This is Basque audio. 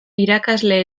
irakasle